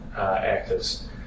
actors